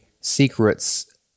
secrets